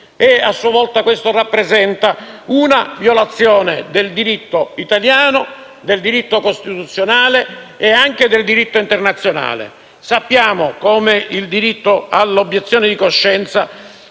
A sua volta, ciò rappresenta una violazione del diritto italiano, del diritto costituzionale e anche del diritto internazionale. Sappiamo come quello all'obiezione di coscienza